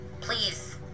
please